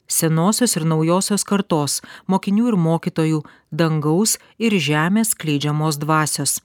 senosios ir naujosios kartos mokinių ir mokytojų dangaus ir žemės skleidžiamos dvasios